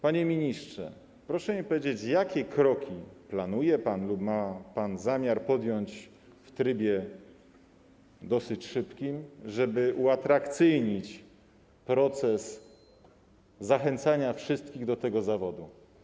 Panie ministrze, proszę mi powiedzieć, jakie kroki planuje pan lub ma pan zamiar podjąć w dosyć szybkim trybie, żeby uatrakcyjnić proces zachęcania wszystkich do tego zawodu.